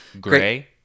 Gray